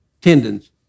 Tendons